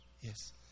Yes